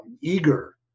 eager